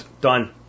done